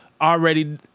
already